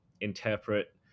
interpret